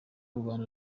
rwanda